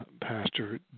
Pastor